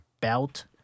belt